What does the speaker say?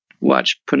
watch